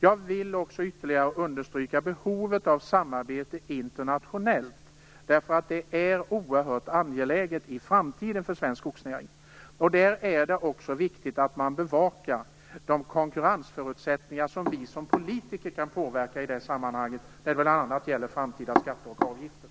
Jag vill också ytterligare understryka behovet av samarbete internationellt, eftersom detta är oerhört angeläget för svensk skogsnäring i framtiden. Det är också viktigt att man bevakar de konkurrensförutsättningar som vi som politiker kan påverka i det sammanhanget, bl.a. när det gäller framtida skatter och avgifter.